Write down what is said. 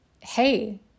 Hey